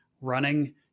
running